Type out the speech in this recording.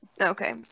Okay